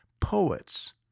Poets